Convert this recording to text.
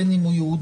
בין אם הוא יהודי,